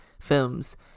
films